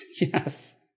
Yes